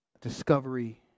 discovery